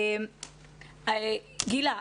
גילה,